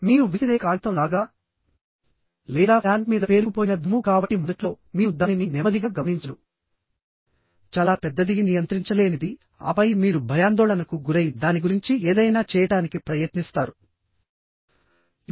మీరు విసిరే కాగితం లాగా లేదా ఫ్యాన్ మీద పేరుకుపోయిన దుమ్ము కాబట్టి మొదట్లో మీరు దానిని నెమ్మదిగా గమనించరు చాలా పెద్దది నియంత్రించలేనిదిఆపై మీరు భయాందోళనకు గురై దాని గురించి ఏదైనా చేయడానికి ప్రయత్నిస్తారు